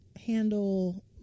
handle